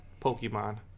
Pokemon